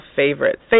favorites